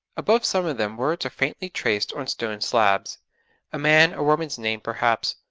above some of them words are faintly traced on stone slabs a man or woman's name perhaps,